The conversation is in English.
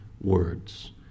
words